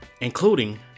including